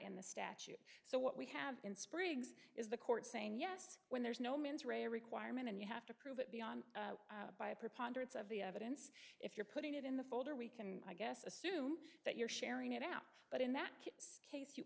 in the statute so what we have in spriggs is the court saying yes when there's no mens rea requirement and you have to prove it beyond by a preponderance of the evidence if you're putting it in the folder we can i guess assume that you're sharing it out but in that case you